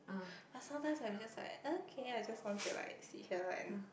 but sometimes I'm just like okay I just want to like sit here like and